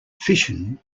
fission